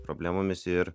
problemomis ir